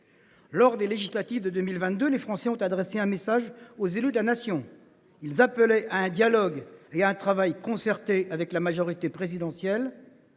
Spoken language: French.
élections législatives de 2022, les Français ont adressé un message aux élus de la Nation : ils ont appelé à un dialogue et à un travail concerté avec la majorité présidentielle.